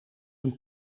een